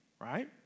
right